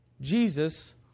Jesus